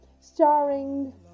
starring